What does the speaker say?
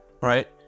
right